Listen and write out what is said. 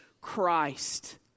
Christ